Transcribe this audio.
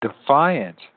defiant